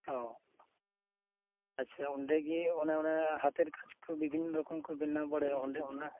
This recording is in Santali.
ᱚ ᱟᱪᱪᱷᱟ ᱚᱸᱰᱮ ᱜᱮ ᱚᱱᱮ ᱚᱱᱟ ᱵᱤᱵᱷᱤᱱᱱᱚ ᱦᱟᱛᱮᱨ ᱠᱟᱡᱽ ᱠᱚ ᱵᱮᱱᱟᱣ ᱵᱟᱲᱟᱭᱟ ᱚᱱᱟ